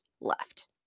left